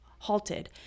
Halted